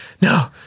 No